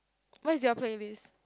what is your playlist